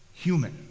Human